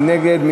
מי נגד?